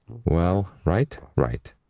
well, right? right.